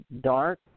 dark